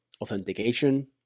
authentication